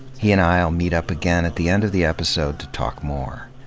he and i'll meet up again at the end of the episode to talk more.